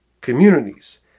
communities